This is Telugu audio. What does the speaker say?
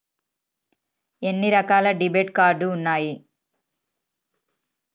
ఎన్ని రకాల డెబిట్ కార్డు ఉన్నాయి?